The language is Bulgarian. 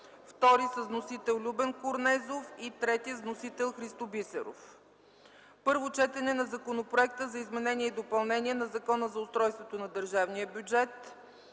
вторият е с вносител Любен Корнезов и третият е с вносител Христо Бисеров. 4. Първо четене на Законопроекта за изменение и допълнение на Закона за устройството на държавния бюджет.